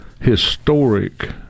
historic